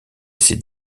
ces